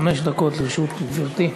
חמש דקות לרשות גברתי.